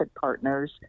partners